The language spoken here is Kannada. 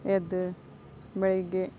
ಎದ್ದು ಬೆಳಿಗ್ಗೆ